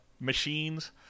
machines